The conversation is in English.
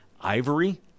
ivory